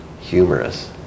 humorous